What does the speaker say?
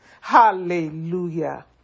Hallelujah